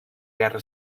guerra